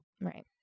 Right